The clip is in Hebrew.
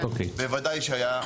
בוודאי שהיה.